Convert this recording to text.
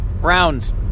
rounds